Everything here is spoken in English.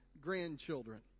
grandchildren